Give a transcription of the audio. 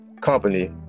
company